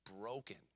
broken